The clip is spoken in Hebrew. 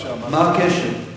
מה הקשר?